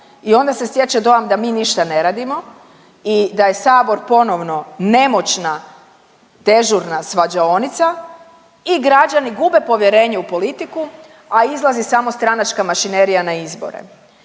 i onda se stječe dojam da mi ništa ne radimo i da je sabor ponovno nemoćna dežurna svađaonica i građani gube povjerenje u politiku, a izlazi samo stranačka mašinerija na izbore.